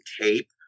tape